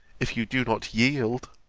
if you do not yield.